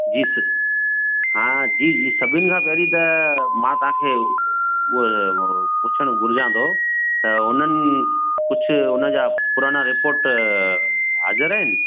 जी स हा जी जी सभिनि खां पहिरीं त मां तव्हांखे उअ पुछण भुलजांतो त हुननि कुझु हुनजा पुराना रिपोर्ट हाजिर आहिनि